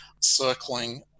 circling